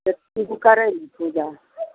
करैलए पूजा